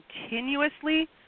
continuously